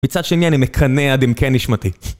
מצד שני אני מקנא עד עמקי נשמתי